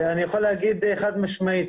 אני יכול להגיד חד-משמעית